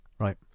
Right